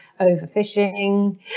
overfishing